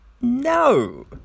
No